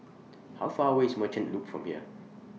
How Far away IS Merchant Loop from here